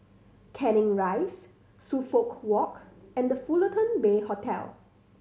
Canning Rise Suffolk Walk and The Fullerton Bay Hotel